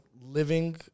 living